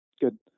Good